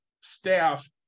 staff